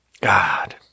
God